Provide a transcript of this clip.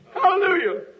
Hallelujah